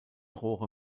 rohre